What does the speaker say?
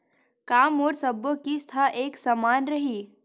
का मोर सबो किस्त ह एक समान रहि?